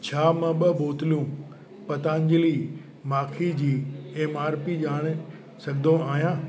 छा मां ॿ बोतलूं पतंजलि माखी जी एम आर पी ॼाणे सघंदो आहियां